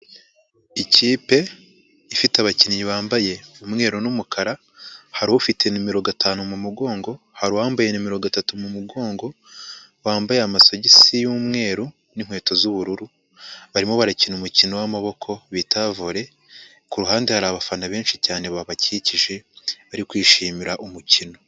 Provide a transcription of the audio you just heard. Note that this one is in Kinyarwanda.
Ikipe ifite abakinnyi bambaye umweru n'umukara, hari ufite nimero gatanu mu mugongo, hari uwambaye nimero gatatu mu mugongo wambaye amasogisi y'umweru n'inkweto z'ubururu, barimo barakina umukino w'amaboko bita Volley, ku ruhande hari abafana benshi cyane babakikije, bari kwishimira umukino.